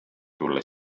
tulla